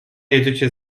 jedziecie